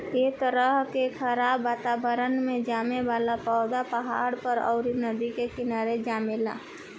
ए तरह के खराब वातावरण में जामे वाला पौधा पहाड़ पर, अउरी नदी के किनारे जामेला